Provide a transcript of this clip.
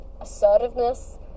assertiveness